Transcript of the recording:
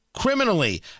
criminally